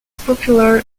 popular